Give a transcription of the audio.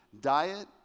diet